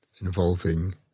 involving